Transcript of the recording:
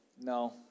no